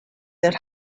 that